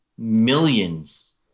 millions